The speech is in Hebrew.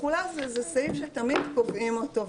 התחולה זה סעיף שתמיד קובעים אותו,